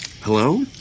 Hello